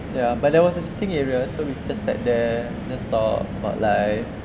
ya but there was a sitting area so we just sat there just talk about life